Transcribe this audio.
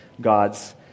God's